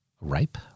Ripe